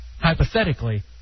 hypothetically